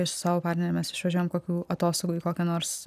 su savo partnere mes išvažiuojam kokių atostogų į kokią nors